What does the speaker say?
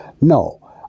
No